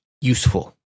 useful